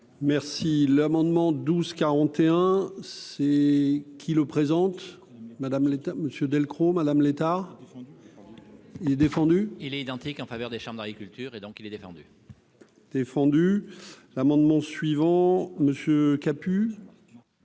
Merci l'amendement 12 41 c'est qui le présente Madame l'Létard monsieur Delcros, Madame Létard il est défendu. Il est identique en faveur des chambres d'agriculture et donc il est défendu. Défendu l'amendement suivant Monsieur kaput.